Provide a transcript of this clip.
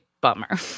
bummer